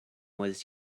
was